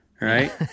right